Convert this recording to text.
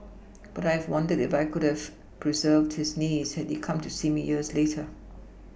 but I have wondered if I could have pReserved his knees had he come to see me years later